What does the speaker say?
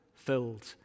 Filled